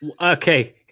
Okay